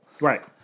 Right